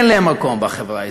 אין להם מקום בחברה הישראלית.